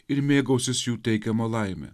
ir mėgausis jų teikiama laime